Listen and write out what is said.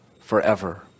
forever